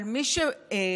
אבל מי שרדוף